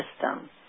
system